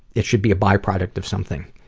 it should be a byproduct of something.